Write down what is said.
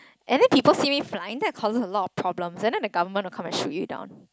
and then people see me flying that causes a lot of problems and then the government will come and shoot you down